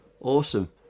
Awesome